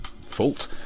fault